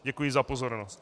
Děkuji za pozornost.